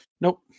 Nope